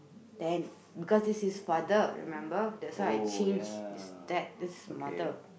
ten because this is father remember that's I change this is the mother